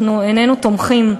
אנחנו איננו תומכים,